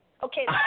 Okay